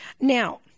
Now